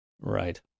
Right